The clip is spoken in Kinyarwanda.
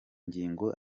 ngingo